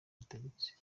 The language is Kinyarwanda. ubutegetsi